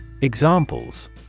Examples